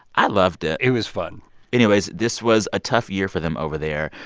i loved it it was fun anyways, this was a tough year for them over there.